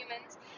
humans